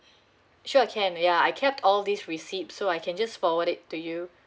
sure can ya I kept all these receipts so I can just forward it to you